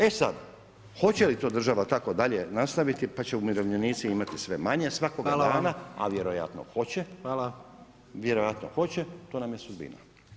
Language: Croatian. E sad, hoće li to država tako dalje nastaviti pa će umirovljenici imati sve manje svakoga dana a vjerojatno hoće, vjerojatno hoće, to nam je sudbina.